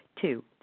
Two